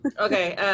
Okay